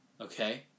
Okay